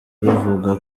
ruvuga